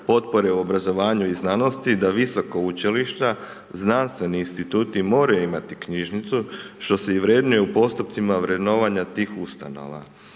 potpore obrazovanju i znanosti da visoka učilišta, znanstveni instituti moraju imati knjižnicu što se i vrednuje u postupcima vrednovanja tih ustanova.